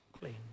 clean